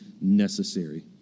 necessary